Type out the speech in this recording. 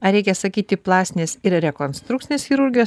ar reikia sakyti plastinės ir rekonstrukcinės chirurgijos